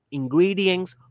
ingredients